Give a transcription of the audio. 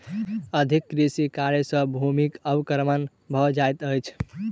अधिक कृषि कार्य सॅ भूमिक अवक्रमण भ जाइत अछि